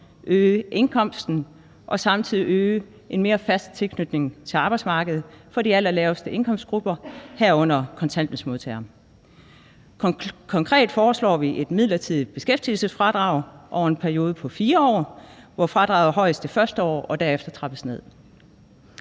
øge indkomsten og samtidig øge en mere fast tilknytning til arbejdsmarkedet for de allerlaveste indkomstgrupper, herunder kontanthjælpsmodtagere. Konkret foreslår vi et midlertidigt beskæftigelsesfradrag over en periode på 4 år, hvor fradraget er højest det første år og derefter trappes ned.